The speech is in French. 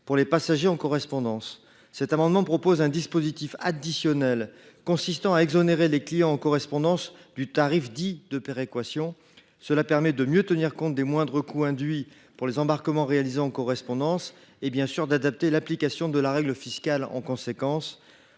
pour les passagers en correspondance. Cet amendement vise à instaurer un dispositif additionnel consistant à exonérer les clients en correspondance du tarif dit de « péréquation ». Cela permet de mieux tenir compte des moindres coûts induits pour les embarquements réalisés en correspondance et, bien sûr, d’adapter l’application de la règle fiscale en conséquence.